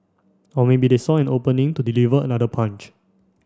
or maybe they saw an opening to deliver another punch